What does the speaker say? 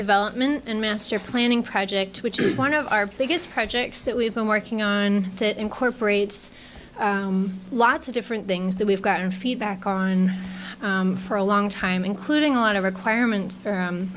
of element and master planning project which is one of our biggest projects that we've been working on that incorporates lots of different things that we've gotten feedback on for a long time including a lot of requirements